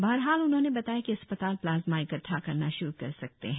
बहरहाल उन्होंने बताया कि अस्पताल प्लाज्मा इकट्ठा करना श्रु कर सकते है